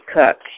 cook